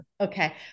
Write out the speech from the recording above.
okay